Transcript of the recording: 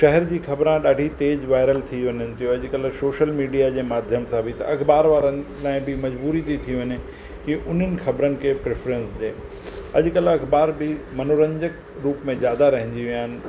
शहर जी ख़बरां ॾाढी तेज़ु वायरल थी वञनि थियूं अॼुकल्ह सोशल मीडिया जे माध्यम सां बि त अखबार वारनि लाइ बि मजबूरी थी थी वञे कि उन्हनि ख़बरनि के प्रेफरेंस ॾे अॼुकल्ह अखबार बि मनोरंजक रुप में ज़्यादा रहिजी विया आहिनि